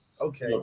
Okay